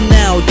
now